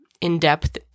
in-depth